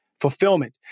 fulfillment